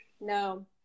No